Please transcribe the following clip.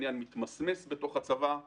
ומתמסמס בתוך הצבא לאט-לאט,